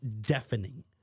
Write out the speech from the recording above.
deafening